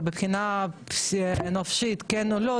ומבחינה נפשית כן או לא,